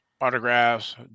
autographs